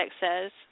says